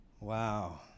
Wow